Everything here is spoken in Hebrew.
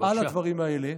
על הדברים האלה.